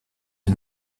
est